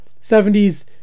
70s